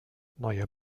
neue